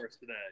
today